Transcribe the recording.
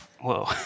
Whoa